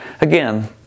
Again